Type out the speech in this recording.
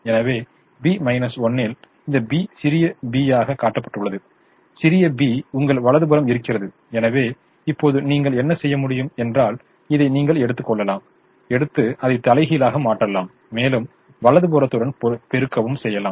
எனவே B 1 ல் இந்த B சிறிய b யாக காட்டப்பட்டுள்ளது சிறிய b உங்கள் வலது புறம் இருக்கிறது எனவே இப்போது நீங்கள் என்ன செய்ய முடியும் என்றால் இதை நீங்கள் எடுக்கலாம் எடுத்து அதைத் தலைகீழாக மாற்றலாம் மேலும் வலது புறத்துடன் பெருக்கவும் செய்யலாம்